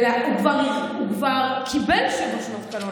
הוא כבר קיבל שבע שנות קלון,